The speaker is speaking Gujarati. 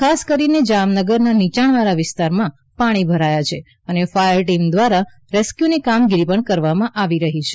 ખાસ કરીને જામનગરમાં નીયાણવાળા વિસ્તારમાં પાણી ભરાયા છે અને ફાયર ટીમ દ્વારા રેસ્ક્યુની કામગીરી પણ કરવામાં આવી રહી છે